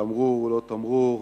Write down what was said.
תמרור הוא לא תמרור,